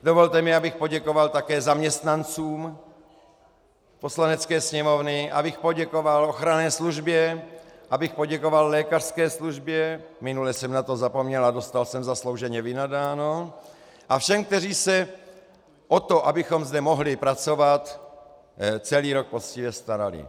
Dovolte mi, abych poděkoval také zaměstnancům Poslanecké sněmovny, abych poděkoval ochranné službě, abych poděkoval lékařské službě, minule jsem na to zapomněl a dostal jsem zaslouženě vynadáno, a všem, kteří se o to, abychom zde mohli pracovat, celý rok poctivě starali.